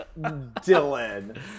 Dylan